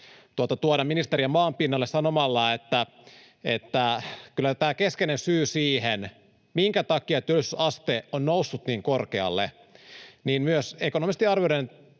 tuoda ministeriä maanpinnalle sanomalla, että kyllä tämä keskeinen syy siihen, minkä takia työllisyysaste on noussut niin korkealle — myös ekonomistiarvioiden